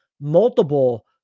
multiple